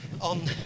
on